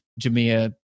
Jamea